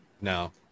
no